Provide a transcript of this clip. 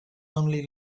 only